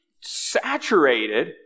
saturated